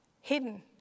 hidden